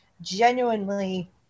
genuinely